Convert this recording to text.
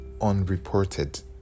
unreported